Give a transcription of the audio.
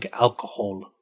alcohol